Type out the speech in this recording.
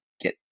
get